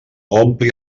ompli